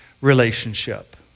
relationship